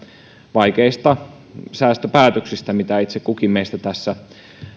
vaikeista säästöpäätöksistä joita itse kukin meistä tässä